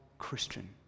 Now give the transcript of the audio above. Christian